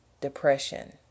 Depression